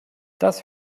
das